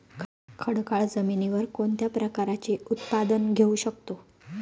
खडकाळ जमिनीवर कोणत्या प्रकारचे उत्पादन घेऊ शकतो?